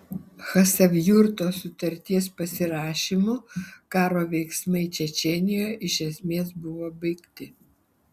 chasavjurto sutarties pasirašymu karo veiksmai čečėnijoje iš esmės buvo baigti